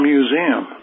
Museum